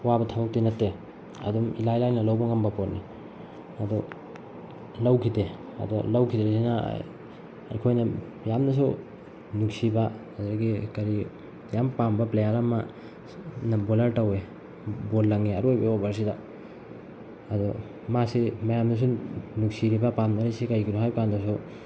ꯋꯥꯕ ꯊꯕꯛꯇꯤ ꯅꯠꯇꯦ ꯑꯗꯨꯝ ꯏꯂꯥꯏ ꯂꯥꯏꯅ ꯂꯧꯕ ꯉꯝꯕ ꯄꯣꯠꯅꯤ ꯑꯗꯣ ꯂꯧꯈꯤꯗꯦ ꯑꯗ ꯂꯧꯈꯤꯗ꯭ꯔꯤꯁꯤꯅ ꯑꯩꯈꯣꯏꯅ ꯌꯥꯝꯅꯁꯨ ꯅꯨꯡꯁꯤꯕ ꯑꯗꯨꯗꯒꯤ ꯀꯔꯤ ꯌꯥꯝ ꯄꯥꯝꯕ ꯄ꯭ꯂꯦꯌꯥꯔ ꯑꯃꯅ ꯕꯣꯂꯔ ꯇꯧꯋꯦ ꯕꯣꯜ ꯂꯪꯉꯦ ꯑꯔꯣꯏꯕꯒꯤ ꯑꯣꯕꯔꯁꯤꯗ ꯑꯗꯣ ꯃꯥꯁꯤ ꯃꯌꯥꯝꯅꯁꯨ ꯅꯨꯡꯁꯤꯔꯤꯕ ꯄꯥꯝꯅꯔꯤꯁꯤ ꯀꯔꯤꯒꯤꯅꯣ ꯍꯥꯏꯕ ꯀꯥꯟꯗꯁꯨ